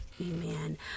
Amen